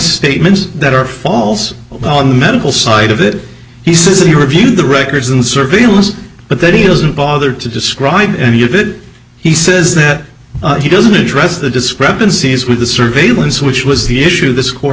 statements that are falls on the medical side of it he says he reviewed the records and surveillance but that he doesn't bother to describe any of it he says that he doesn't address the discrepancies with the surveillance which was the issue this court